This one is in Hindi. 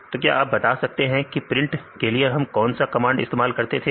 तो क्या आप बता सकते हैं कि प्रिंट के लिए हम कौन सा कमांड इस्तेमाल करते थे